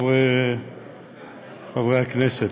חברי הכנסת,